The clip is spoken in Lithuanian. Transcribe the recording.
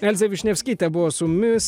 elzė višniavskytė buvo su mumis